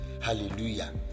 Hallelujah